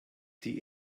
die